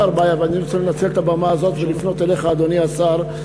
אני רוצה לנצל את הבמה כדי לפנות אליך, אדוני השר,